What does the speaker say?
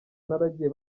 naragiye